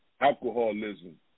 alcoholism